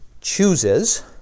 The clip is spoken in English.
chooses